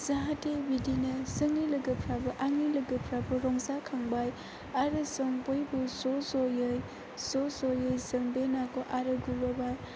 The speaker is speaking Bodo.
बिदिनो जोंनि लोगोफोराबो आंनि लोगोफोराबो रंजाखांबाय आरो जों बयबो ज' ज'यै जों बे नाखौ आरो गुरबावबाय